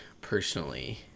personally